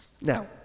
Now